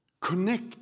connect